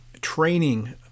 training